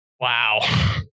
Wow